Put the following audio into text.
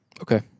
Okay